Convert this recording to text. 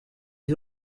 les